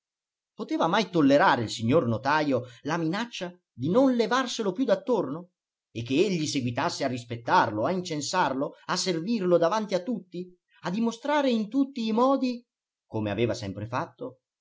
poteva mai tollerare il signor notajo la minaccia di non levarselo più d'attorno e che egli seguitasse a rispettarlo a incensarlo a servirlo davanti a tutti a dimostrare in tutti i modi come aveva sempre fatto